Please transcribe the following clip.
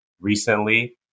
recently